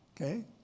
okay